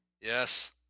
Yes